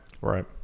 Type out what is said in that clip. Right